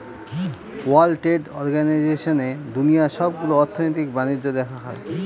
world trade অর্গানাইজেশনে দুনিয়ার সবগুলো অর্থনৈতিক বাণিজ্য দেখা হয়